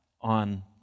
on